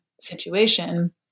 situation